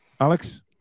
Alex